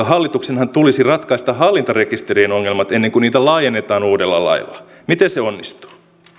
hallituksenhan tulisi ratkaista hallintarekisterien ongelmat ennen kuin niitä laajennetaan uudella lailla miten se onnistuu